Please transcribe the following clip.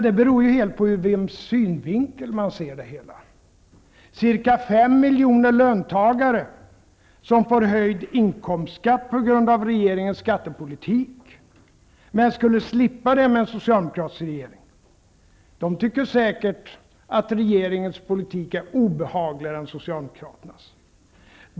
Det beror ju på ur vems synvinkel man ser det hela. På grund av regeringens skattepolitik får ca 5 miljoner löntagare höjd inkomstskatt, vilket de skulle slippa med en socialdemokratisk regering. De tycker säkert att regeringens politik är obehagligare än Socialdemokraternas.